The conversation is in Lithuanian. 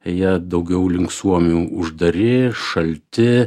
jie daugiau link suomių uždari šalti